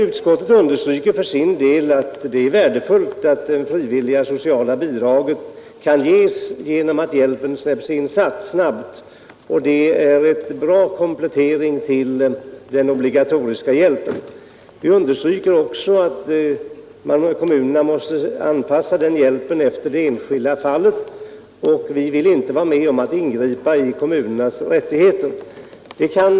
Utskottet understryker att det är värdefullt att den hjälp som kan ges genom det frivilliga socialbidraget, som är en bra komplettering till den obligatoriska hjälpen, sätts in snabbt. Vi understryker också att kommu nerna måste anpassa den hjälpen efter de enskilda fallen. Vi vill inte vara med om att ingripa i kommunernas självbestämmanderätt.